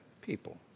people